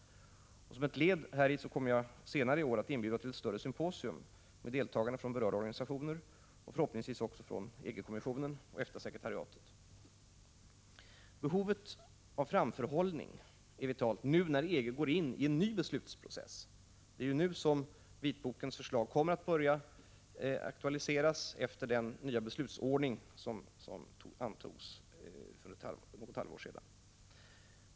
Som ett led häri kommer jag senare i år att inbjuda till ett större symposium med deltagande från berörda organisationer och förhoppningsvis från EG-kommissionen och EFTA-sekretariatet. Det finns behov av framförhållning, nu när EG går in i en ny beslutsprocess. Det är ju nu som vitbokens förslag kommer att börja aktualiseras, efter Prot. 1985/86:140 den nya beslutsordning som antogs för något halvår sedan.